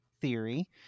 theory